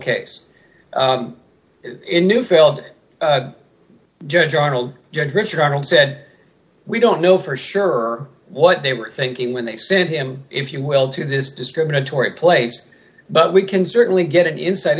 case in neufeld judge arnold judge richard arnold said we don't know for sure what they were thinking when they sent him if you will to this discriminatory place but we can certainly get an insight